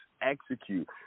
execute